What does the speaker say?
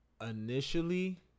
Initially